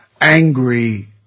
angry